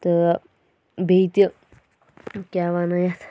تہٕ بیٚیہِ تہِ کیٛاہ وَنان یَتھ